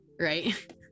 right